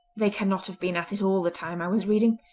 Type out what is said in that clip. they cannot have been at it all the time i was reading.